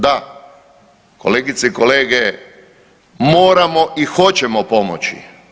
Da, kolegice i kolege moramo i hoćemo pomoći.